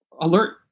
alert